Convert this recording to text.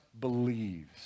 believes